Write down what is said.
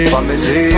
Family